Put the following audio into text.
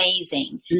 amazing